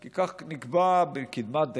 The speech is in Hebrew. כי כך נקבע מקדמת דנא,